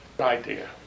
Idea